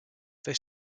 they